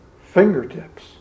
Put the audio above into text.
fingertips